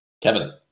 Kevin